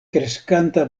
kreskanta